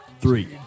three